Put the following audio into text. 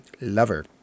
lover